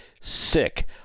sick